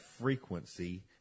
frequency